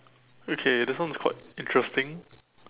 okay this one is quite interesting